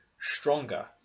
stronger